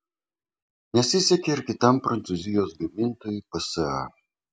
nesisekė ir kitam prancūzijos gamintojui psa